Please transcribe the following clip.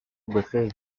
بخیر